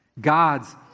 God's